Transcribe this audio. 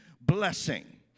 blessing